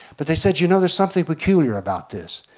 but they said you know there's something peculiar about this.